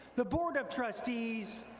the board of trustees,